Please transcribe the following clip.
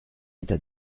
état